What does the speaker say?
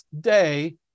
day